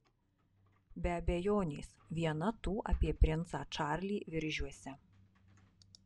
be abejonės viena tų apie princą čarlį viržiuose